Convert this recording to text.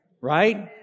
right